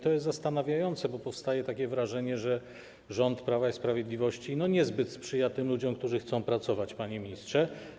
To jest zastanawiające, bo powstaje takie wrażenie, że rząd Prawa i Sprawiedliwości niezbyt sprzyja tym ludziom, którzy chcą pracować, panie ministrze.